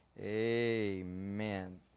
amen